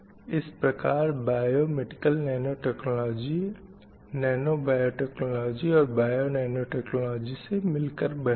इस प्रकार biomedical nanotechnology nanobiotechnology और बायोनैनोटेक्नॉलजी से मिलकर बनी है